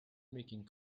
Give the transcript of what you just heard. making